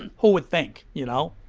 and who would think? you know?